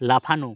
লাফানো